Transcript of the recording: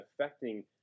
affecting